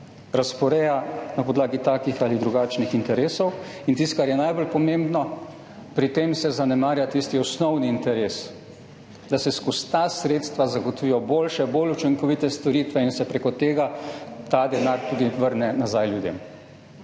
razporeja na podlagi takih ali drugačnih interesov. In tisto, kar je najbolj pomembno: pri tem se zanemarja tisti osnovni interes – da se skozi ta sredstva zagotovijo boljše, bolj učinkovite storitve in se prek tega ta denar tudi vrne ljudem.